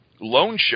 loan